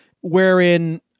wherein